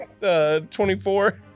24